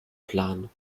plan